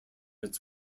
its